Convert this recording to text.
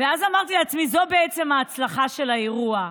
אמרתי לעצמי שזאת בעצם ההצלחה של האירוע,